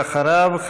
ואחריו,